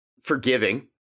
forgiving